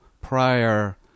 prior